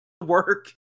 work